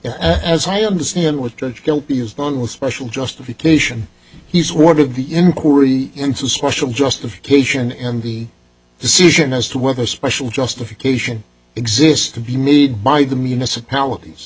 it as i understand with judge guilty is done with special justification he's ordered the inquiry into special justification and the decision as to whether special justification exists to be made by the municipalities